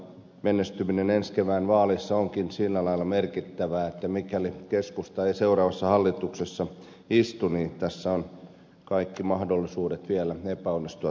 menestyminen ensi kevään vaaleissa on sillä lailla merkittävää että mikäli keskusta ei seuraavassa hallituksessa istu tässä on kaikki mahdollisuudet vielä epäonnistua tältäkin osin